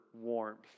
warmth